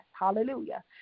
Hallelujah